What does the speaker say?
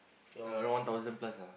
I around one thousand plus ah